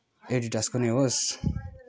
एडिडासको नै होस्